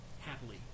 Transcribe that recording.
happily